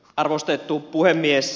arvostettu puhemies